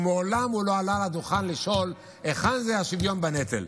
ומעולם הוא לא עלה לדוכן לשאול: היכן זה השוויון בנטל?